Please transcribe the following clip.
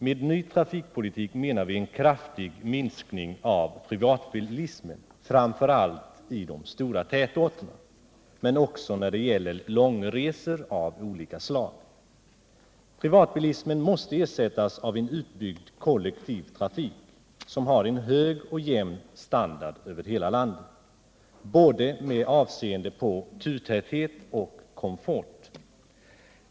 Med ny trafikpolitik menar vi en kraftig minskning av privatbilismen — framför allt i de stora tätorterna, men också när det gäller långresor av olika slag. Privatbilismen måste ersättas av en utbyggd kollektivtrafik, som har en hög och jämn standard över hela landet, både med avseende på turtäthet och komfort.